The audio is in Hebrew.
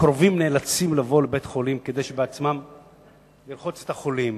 הקרובים נאלצים לבוא לבית-החולים ובעצמם לרחוץ את החולים,